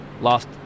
lost